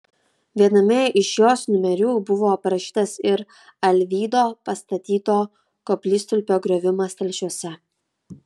viename iš jos numerių buvo aprašytas ir alvydo pastatyto koplytstulpio griovimas telšiuose